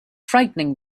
frightening